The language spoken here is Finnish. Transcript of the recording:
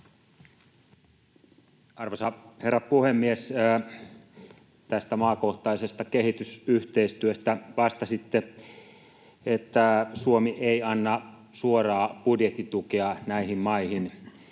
Arvoisa herra puhemies! Tästä maakohtaisesta kehitysyhteistyöstä vastasitte, että Suomi ei anna suoraa budjettitukea näihin maihin,